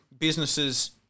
businesses